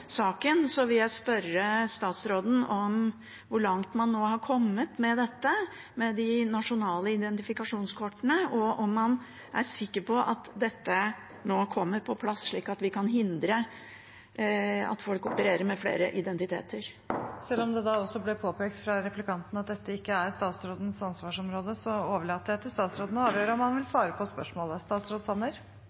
saken, vil jeg spørre statsråden hvor langt man nå har kommet med de nasjonale identifikasjonskortene, og om man er sikker på at dette nå kommer på plass, slik at vi kan hindre at folk opererer med flere identiteter. Som det ble påpekt av replikanten, er ikke dette statsrådens ansvarsområde, så jeg overlater til statsråden å avgjøre om han vil svare på spørsmålet.